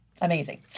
amazing